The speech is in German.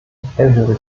hellhörig